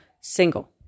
single